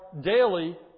daily